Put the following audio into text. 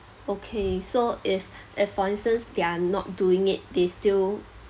okay so if if for instance they are not doing it they still